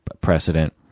precedent